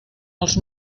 els